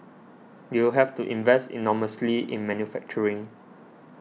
you have to invest enormously in manufacturing